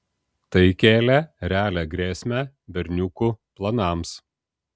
tai kėlė realią grėsmę berniukų planams